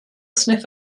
sniff